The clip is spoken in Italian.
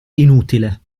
inutile